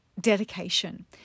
dedication